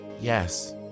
Yes